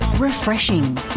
Refreshing